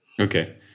Okay